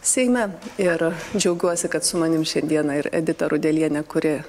seime ir džiaugiuosi kad su manim šiandieną ir edita rudelienė kuri